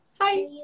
Hi